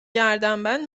گردنبند